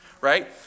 Right